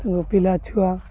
ତାଙ୍କ ପିଲା ଛୁଆ